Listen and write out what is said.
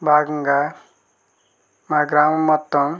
భాగంగా మా గ్రామం మొత్తం